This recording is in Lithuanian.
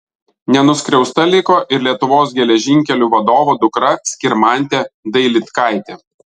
nenuskriausta liko ir lietuvos geležinkelių vadovo dukra skirmantė dailydkaitė